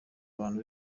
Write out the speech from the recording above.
abantu